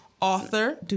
Author